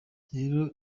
rero